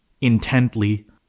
intently